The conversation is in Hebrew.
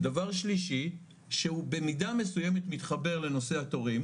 דבר שלישי שהוא במידה מסוימת מתחבר לנושא התורים,